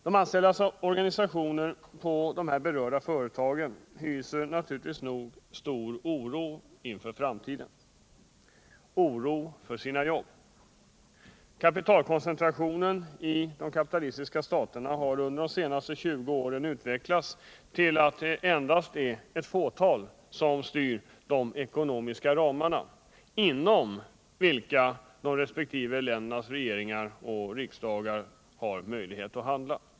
De anställdas organisationer på de berörda företagen hyser naturligt nog stor oro för framtiden och sina jobb. Kapitalkoncentrationen i de kapitalistiska staterna har under de senaste 20 åren utvecklats så att det endast är ett fåtal som bestämmer de ekonomiska ramarna, inom vilka de resp. ländernas regeringar och riksdagar har möjlighet att handla.